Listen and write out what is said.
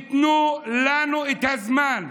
תנו לנו את הזמן.